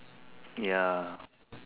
ya